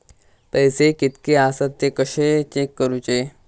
पैसे कीतके आसत ते कशे चेक करूचे?